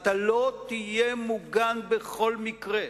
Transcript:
לא תהיה מוגן בכל מקרה.